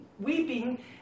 weeping